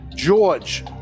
George